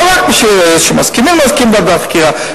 לא רק שמסכימים להקים ועדת חקירה,